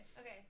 Okay